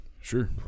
Sure